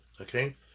okay